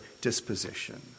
disposition